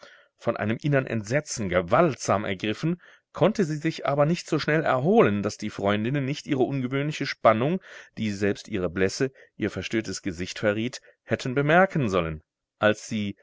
von einem inneren entsetzen gewaltsam ergriffen konnte sie sich aber nicht so schnell erholen daß die freundinnen nicht ihre ungewöhnliche spannung die selbst ihre blässe ihr verstörtes gesicht verriet hätten bemerken sollen als sie